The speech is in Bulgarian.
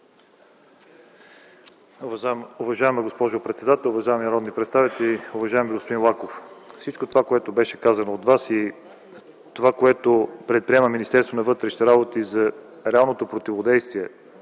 Уважаема госпожо председател, уважаеми народни представители, уважаеми господин Лаков! Всичко това, което беше казано от Вас, и това, което предприема Министерството на вътрешните работи за реалното противодействие